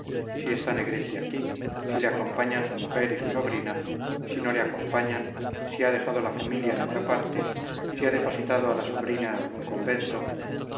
si está negretti aquí si le acompañan su mujer y su sobrina si no le acompañan si ha dejado la familia en otra parte si ha depositado a la sobrina en algún convento